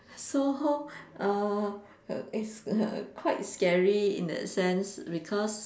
so how uh err it's err quite scary in that sense because